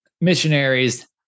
missionaries